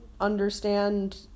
understand